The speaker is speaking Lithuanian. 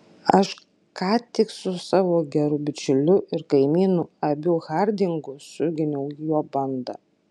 aš ką tik su savo geru bičiuliu ir kaimynu abiu hardingu suginiau jo bandą